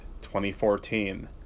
2014